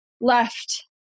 left